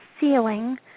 ceiling